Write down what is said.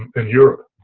and europe,